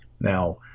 Now